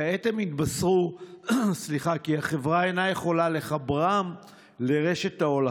כעת הם התבשרו כי החברה אינה יכולה לחברם לרשת ההולכה.